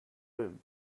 room